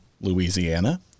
Louisiana